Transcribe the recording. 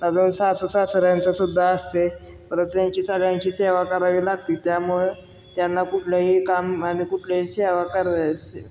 अजून सासू सासऱ्यांचं सुद्धा असते परत त्यांची सगळ्यांची सेवा करावी लागती त्यामुळं त्यांना कुठलंही काम आणि कुठल्याही सेवा करायची